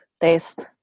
taste